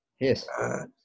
yes